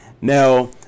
Now